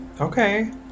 Okay